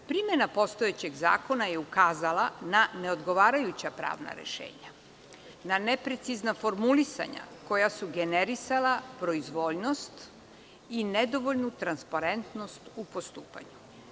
Primena postojećeg zakona je ukazala na ne odgovarajuća pravna rešenja, na ne precizna formulisanja koja su generisala proizvoljnost i nedovoljnu transparentnost u postupanju.